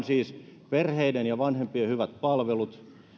siis perheiden ja vanhempien hyvät palvelut